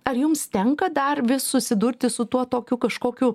ar jums tenka darbe susidurti su tuo tokiu kažkokiu